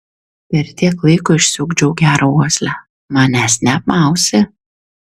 per tiek laiko išsiugdžiau gerą uoslę manęs neapmausi